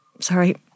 Sorry